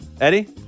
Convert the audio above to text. Eddie